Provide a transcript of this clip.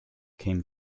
came